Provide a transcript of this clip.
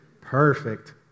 perfect